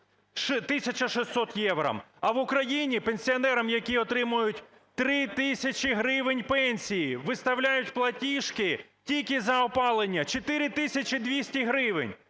1600 євро. А в Україні пенсіонерам, які отримують 3 тисячі гривень пенсії, виставляють платіжки тільки за опалення 4 тисячі 200 гривень